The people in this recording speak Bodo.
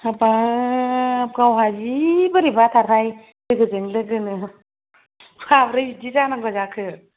हाबाब गावहा जिबोरैबाथारहाय लोगोजों लोगोनो माब्रै बिदि जानांगौ जाखो